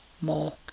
more